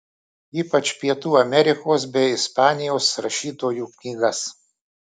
ypač pietų amerikos bei ispanijos rašytojų knygas